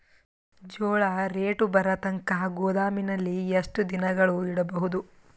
ಜೋಳ ರೇಟು ಬರತಂಕ ಗೋದಾಮಿನಲ್ಲಿ ಎಷ್ಟು ದಿನಗಳು ಯಿಡಬಹುದು?